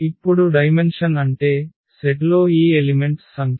ఇప్పుడు డైమెన్షన్ అంటే సెట్లో ఈ ఎలిమెంట్స్ సంఖ్య